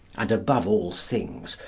and, above all things,